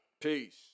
Peace